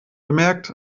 bemerkt